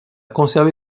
conservé